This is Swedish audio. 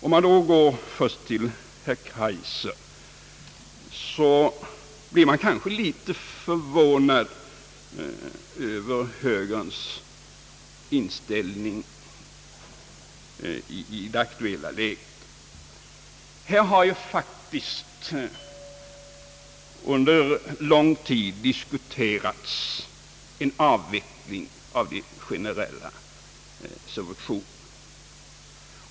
Om man då först går till herr Kaijser blir man kanske litet förvånad över högerns inställning över huvud taget i det aktuella läget. Här har faktiskt under lång tid diskuterats en avveckling av de generella subventionerna.